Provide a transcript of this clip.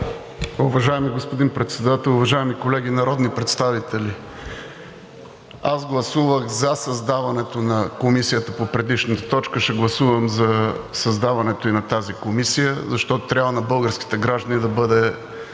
Уважаеми господин Председател, уважаеми колеги народни представители, аз гласувах за създаването на Комисията по предишната точка, ще гласувам за създаването и на тази комисия, защото трябва на българските граждани да бъдат